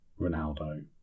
Ronaldo